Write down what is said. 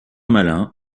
malin